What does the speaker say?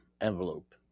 envelope